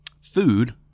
food